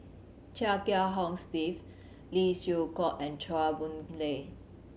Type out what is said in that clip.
Chia Kiah Hong Steve Lee Siew Choh and Chua Boon Lay